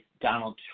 Donald